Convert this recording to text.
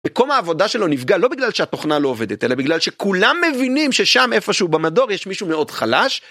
מקום העבודה שלו נפגע לא בגלל שהתוכנה לא עובדת אלא בגלל שכולם מבינים ששם איפשהו במדור יש מישהו מאוד חלש.